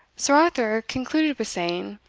sir arthur concluded with saying,